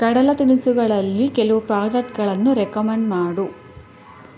ಕಡಲ ತಿನಿಸುಗಳಲ್ಲಿ ಕೆಲವು ಪ್ರಾಡಕ್ಟ್ಗಳನ್ನು ರೆಕಮೆಂಡ್ ಮಾಡು